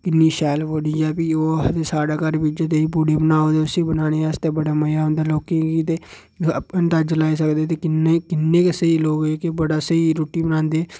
कि'न्नी शैल पूड़ी ऐ ओह् ओह् आखदू साढ़े घर बी इ'यै देही पुड़ी बनानी उसी बनाने आस्तै बड़ा मज़ा औंदा लोकें गी ते अंदाज़ा लाई सकदे की कि'न्ने कि'न्ने गै लोक जेह्ड़े बड़ा स्हेई रुट्टी बनांदे